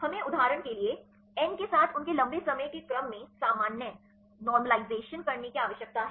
हमें उदाहरण के लिए n के साथ उनके लंबे समय के क्रम में सामान्य नोर्मलिज़शन normalizationकरने की आवश्यकता है